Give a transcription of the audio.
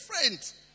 different